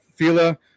Fila